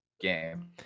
game